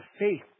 faith